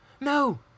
No